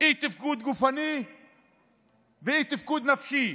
אי-תפקוד גופני ואי-תפקוד נפשי.